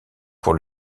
pour